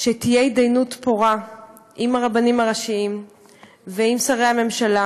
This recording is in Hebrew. שתהיה התדיינות פורה עם הרבנים הראשיים ועם שרי הממשלה,